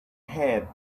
head